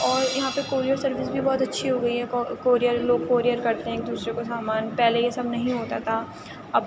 اور یہاں پر کوریر سروس بھی بہت اچھی ہو گئی ہے کو کوریر لوگ کوریر کرتے ہیں ایک دوسرے کو سامان پہلے یہ سب نہیں ہوتا تھا اب